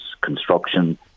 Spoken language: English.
construction